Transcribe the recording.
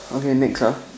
okay next ah